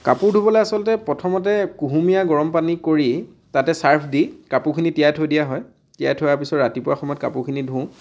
কাপোৰ ধুবলৈ আচলতে প্ৰথমতে কুহুমীয়া গৰম পানী কৰি তাতে চাৰ্ফ দি কাপোৰখিনি তিয়াই থৈ দিয়া হয় তিয়াৰ থোৱাৰ পাছত ৰাতিপুৱা সময়ত কাপোৰখিনি ধোওঁ